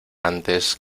antes